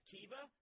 Kiva